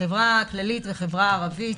בחברה הכללית ובחברה הערבית,